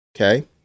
Okay